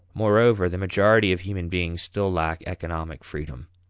moreover, the majority of human beings still lack economic freedom.